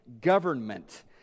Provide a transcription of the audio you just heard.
government